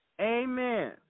Amen